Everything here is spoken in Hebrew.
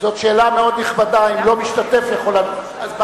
זאת שאלה מאוד נכבדה, אם לא משתתף יכול להצביע.